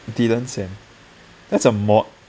dylan send that's a mod